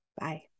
Bye